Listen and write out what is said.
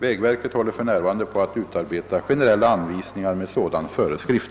Vägverket håller för närvarande på att utarbeta generella anvisnigar med sådan föreskrift.